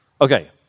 Okay